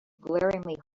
glaringly